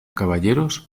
caballeros